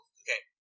okay